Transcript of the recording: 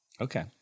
Okay